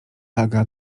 aga